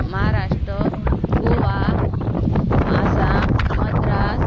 Maharashtra Goa Assam Madras